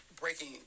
breaking